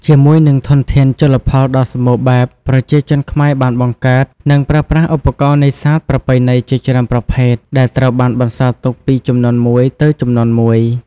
ជាមួយនឹងធនធានជលផលដ៏សម្បូរបែប ប្រជាជនខ្មែរបានបង្កើត និងប្រើប្រាស់ឧបករណ៍នេសាទប្រពៃណីជាច្រើនប្រភេទ ដែលត្រូវបានបន្សល់ទុកពីជំនាន់មួយទៅជំនាន់មួយ។